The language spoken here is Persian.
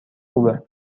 خوبه